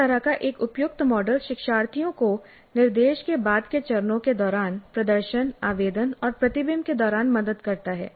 इस तरह का एक उपयुक्त मॉडल शिक्षार्थियों को निर्देश के बाद के चरणों के दौरान प्रदर्शन आवेदन और प्रतिबिंब के दौरान मदद करता है